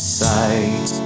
sight